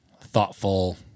thoughtful